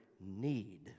need